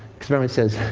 experimenter says,